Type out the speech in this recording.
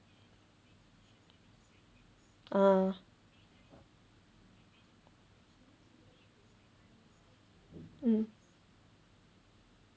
ah mm